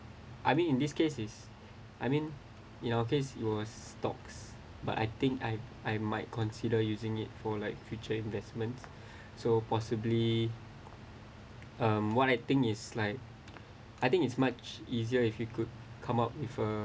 I mean in this case is I mean in our case was stocks but I think I I might consider using it for like future investments so possibly um what I think is like I think it's much easier if you could come up with a